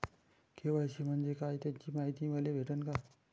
KYC म्हंजे काय त्याची मायती मले भेटन का?